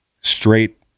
straight